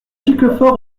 giclefort